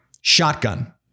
shotgun